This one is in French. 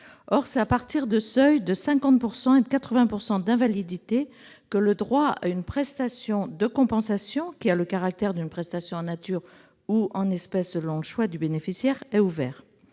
C'est à partir des seuils de 50 % et de 80 % d'invalidité que le droit à une prestation de compensation, qui a le caractère d'une prestation en nature ou en espèces selon le choix du bénéficiaire, est ouvert.